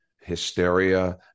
hysteria